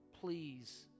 Please